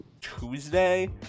Tuesday